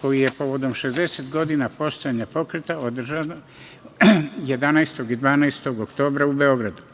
koji je povodom šezdeset godina postojanja pokreta održan 11. i 12. oktobra u Beogradu.